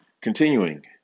Continuing